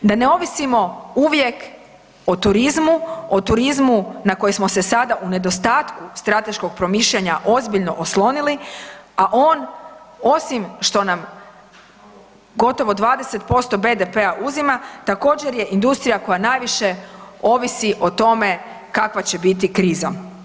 Da ne ovisimo uvijek o turizmu, o turizmu na koji smo se sada u nedostatku strateškog promišljanja ozbiljno oslonili, a on osim što nam gotovo 20% BDP-a uzima, također je industrija koja najviše ovisi o tome kakva će biti kriza.